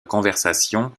conversation